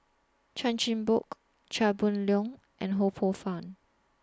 Chan Chin Bock Chia Boon Leong and Ho Poh Fun